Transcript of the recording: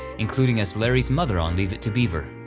including as larry's mother on leave it to beaver,